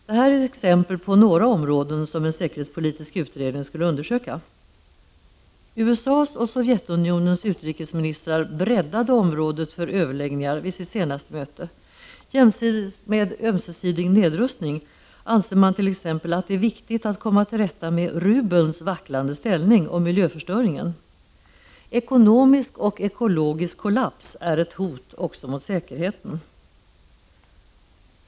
Detta är exempel på några områden som en säkerhetspolitisk utredning borde undersöka. USA:s och Sovjetunionens utrikesministrar breddade området för överläggningar vid sitt senaste möte. Jämsides med ömsesidig nedrustning anser man t.ex. att det är viktigt att komma till rätta med rubelns vacklande ställning och miljöförstöringen. Ekonomisk och ekologisk kollaps är ett hot också mot säkerheten.